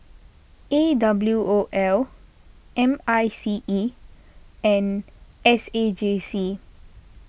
A W O L M I C E and S A J C